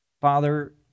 Father